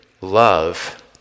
love